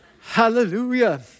Hallelujah